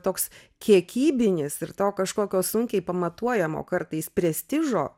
toks kiekybinis ir to kažkokio sunkiai pamatuojamo kartais prestižo